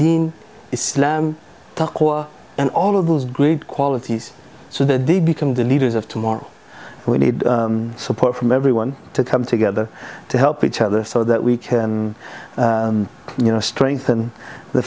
dean islam and all of those great qualities so that they become the leaders of tomorrow we need support from everyone to come together to help each other so that we can you know strengthen the